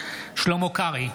בהצבעה שלמה קרעי,